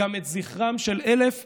גם את זכרם של 1,379